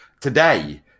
today